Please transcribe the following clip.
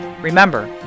Remember